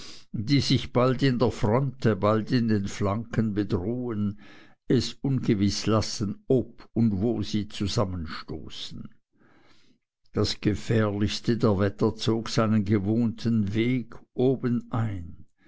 die sich bald in der fronte bald in den flanken bedrohen es ungewiß lassen ob und wo sie zusammenstoßen das gefährlichste der wetter zog seinen gewohnten weg obenein